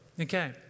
okay